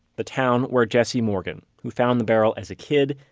the town where jesse morgan, who found the barrel as kid,